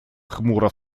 хмуро